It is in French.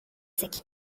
sec